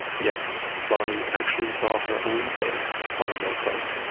yes, bonnie actually saw her own face on a milk carton.